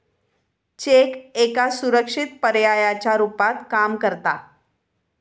check एका सुरक्षित पर्यायाच्या रुपात काम करता